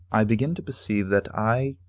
i begin to perceive that i,